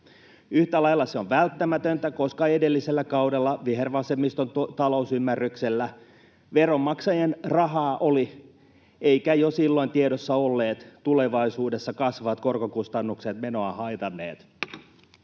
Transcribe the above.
Yhtä lailla se on välttämätöntä, koska edellisellä kaudella vihervasemmiston talousymmärryksellä veronmaksajien ”rahaa oli”, eivätkä menoa haitanneet jo silloin tiedossa olleet tulevaisuudessa kasvavat korkokustannukset. [Puhemies